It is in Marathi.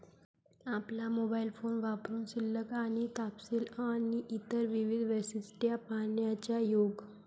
आपला मोबाइल फोन वापरुन शिल्लक आणि तपशील आणि इतर विविध वैशिष्ट्ये पाहण्याचा योग